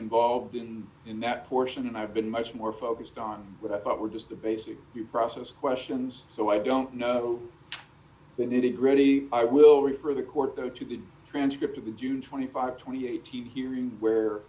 involved in that portion and i have been much more focused on what i thought were just the basic process questions so i don't know the nitty gritty i will refer the court though to the transcript of the june twenty five two thousand and eighteen hearing where